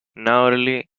narrowly